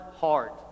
heart